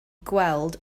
gweld